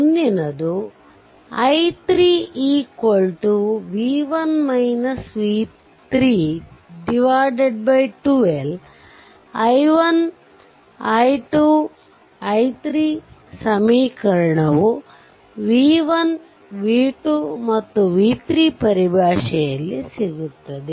ಮುಂದಿನದು i3 12 ಆದ್ದರಿಂದ ನಮಗೆ i1 i 2 i3 ಸಮೀಕರಣವು v1 v2 ಮತ್ತು v3 ಪರಿಭಾಷೆಯಲ್ಲಿ ಸಿಗುತ್ತದೆ